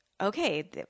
okay